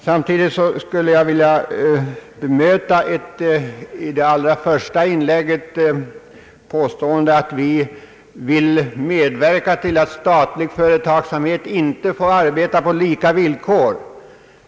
Samtidigt vill jag bemöta ett påstående i det första inlägget, nämligen att vi vill medverka till att statlig företagsamhet inte får arbeta på lika villkor.